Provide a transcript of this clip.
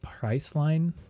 Priceline